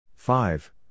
Five